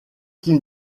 qui